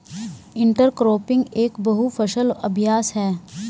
intercropping एक बहु फसल अभ्यास है